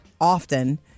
often